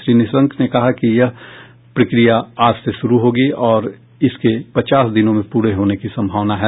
श्री निशंक ने कहा कि यह प्रक्रिया आज से शुरू होगी और इसके पचास दिनों में पूरे होने की संभावना है